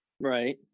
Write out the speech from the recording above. Right